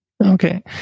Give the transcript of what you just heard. okay